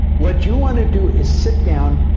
what you want to do is sit down,